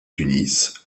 tunis